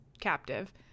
captive